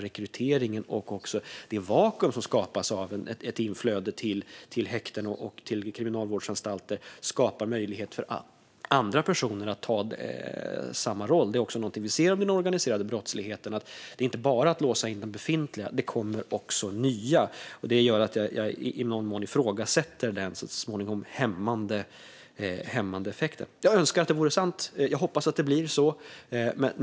Rekryteringen och det vakuum som skapas av ett inflöde till häkten och kriminalvårdsanstalter skapar möjlighet för andra personer att ta samma roll. Det är någonting vi ser inom den organiserade brottsligheten; det är inte bara att låsa in de befintliga - det kommer också nya. Det gör att jag i någon mån ifrågasätter att detta så småningom får en hämmande effekt. Jag önskar att det vore sant, och jag hoppas att det blir så.